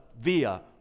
via